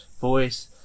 voice